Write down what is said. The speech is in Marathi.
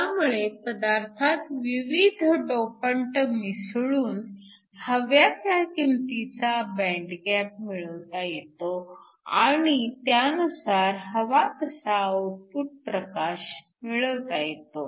त्यामुळे पदार्थात विविध डोपंट मिसळून हव्या त्या किंमतीचा बँड गॅप मिळवता येतो आणि त्यानुसार हवा तसा आउटपुट प्रकाश मिळवता येतो